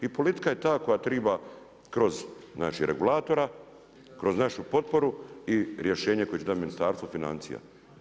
I politika je ta koja treba kroz znači regulatora, kroz našu potporu i rješenje koje će dati Ministarstvo financija.